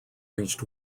reached